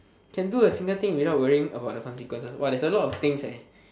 can do a single thing without worrying about the consequences !wah! there's a lot of things leh